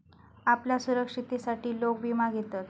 आपल्या सुरक्षिततेसाठी लोक विमा घेतत